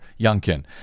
Youngkin